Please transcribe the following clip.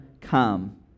come